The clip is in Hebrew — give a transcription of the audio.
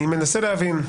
אני מנסה להבין.